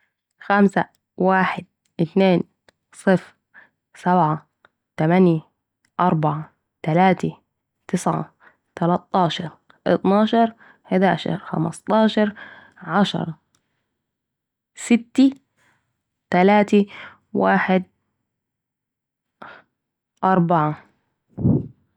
خمسه ، واحد ، اتنين ، صفر ، سبعه، تمنيه ، اربعه ، تلاته ، تسعه ، تلاطاشر ، اطناشر، حداشر، ، خمسطاشر، عشره ،سته، تلاته، واحد أربعه